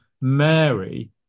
Mary